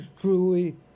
truly